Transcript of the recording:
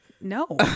No